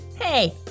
Hey